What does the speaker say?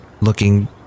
Looking